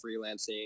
freelancing